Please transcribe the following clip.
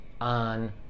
on